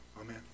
Amen